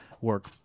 work